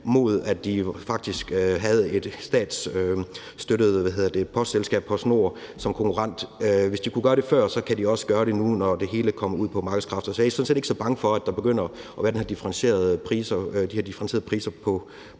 når de jo faktisk havde et statsstøttet postselskab, nemlig PostNord, som konkurrent, så kan de også gøre det nu, når det hele styres af markedskræfterne. Så jeg er sådan set ikke så bange for, at der begynder at være de her differentierede priser på brevene.